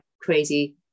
crazy